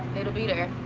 it'll be there.